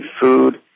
Food